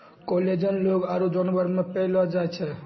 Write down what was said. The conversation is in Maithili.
कोलेजन लोग आरु जानवर मे पैलो जाय छै